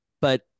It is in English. But-